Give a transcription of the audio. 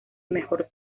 mejor